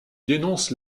dénonce